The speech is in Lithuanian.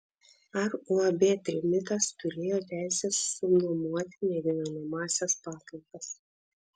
ar uab trimitas turėjo teisę subnuomoti negyvenamąsias patalpas